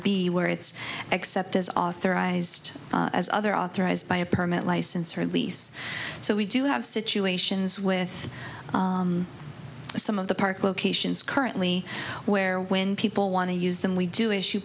be where it's except as authorized as other authorized by a permit license or lease so we do have situations with some of the park locations currently where when people want to use them we do issue